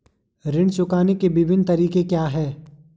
ऋण चुकाने के विभिन्न तरीके क्या हैं?